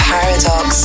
Paradox